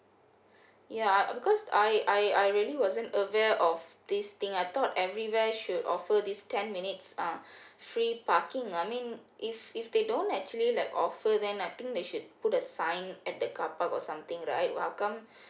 ya because I I I really wasn't aware of this thing I thought everywhere should offer this ten minutes uh free parking I mean if if they don't actually like offer then I think they should put the sign at the car park or something right how come